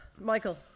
Michael